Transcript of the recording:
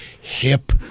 hip